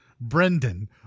Brendan